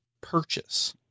purchase